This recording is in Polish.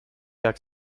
jak